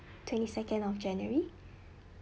twenty second of january